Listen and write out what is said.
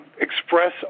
express